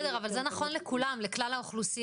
בסדר, אבל זה נכון לכולם, לכלל האוכלוסייה.